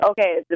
okay